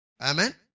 Amen